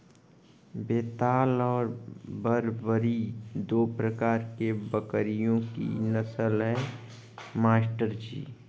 बेताल और बरबरी दो प्रकार के बकरियों की नस्ल है मास्टर जी